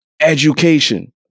education